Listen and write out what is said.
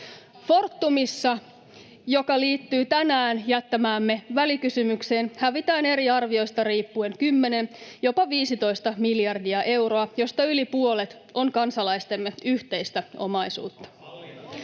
Fortumissa — joka liittyy tänään jättämäämme välikysymykseen — hävitään eri arvioista riippuen 10, jopa 15 miljardia euroa, josta yli puolet on kansalaistemme yhteistä omaisuutta.